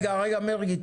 רגע, רגע, מרגי.